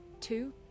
two